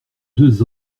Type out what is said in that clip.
deux